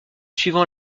suivant